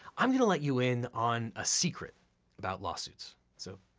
i'm gonna let you in on a secret about lawsuits. so,